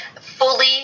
fully